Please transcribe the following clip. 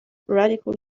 radical